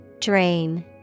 Drain